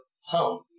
home